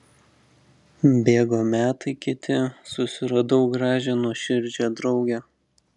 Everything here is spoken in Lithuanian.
bėgo metai kiti susiradau gražią nuoširdžią draugę